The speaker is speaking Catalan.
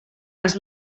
les